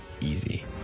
easy